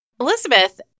Elizabeth